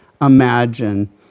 imagine